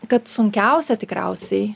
kad sunkiausia tikriausiai